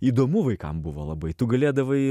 įdomu vaikam buvo labai tu galėdavai